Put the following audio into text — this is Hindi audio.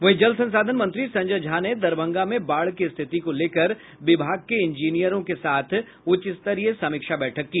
वहीं जल संसाधन मंत्री संजय झा ने दरभंगा में बाढ़ की स्थिति को लेकर विभाग के इंजीनियरों के साथ उच्चस्तरीय समीक्षा बैठक की